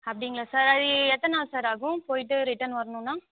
அப்படிங்களா சார் அது எத்தனை நாள் சார் ஆகும் போயிவிட்டு ரிட்டன் வரணும்ன்னா